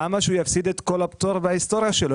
למה שהוא יפסיד את כל הפטור וההיסטוריה שלו?